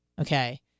okay